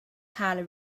highly